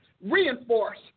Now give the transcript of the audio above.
reinforce